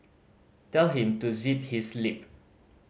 tell him to zip his lip